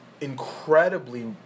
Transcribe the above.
incredibly